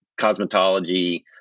cosmetology